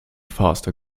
faster